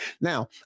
Now